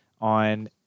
on